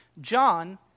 John